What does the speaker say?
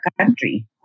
country